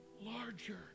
larger